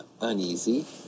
uneasy